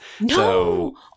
No